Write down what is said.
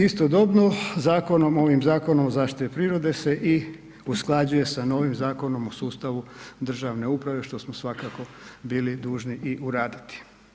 Istodobno, zakonom, ovim Zakonom o zaštiti prirode se i usklađuje sa novim Zakonom o sustavu državne uprave, što smo svakako bili dužni i uraditi.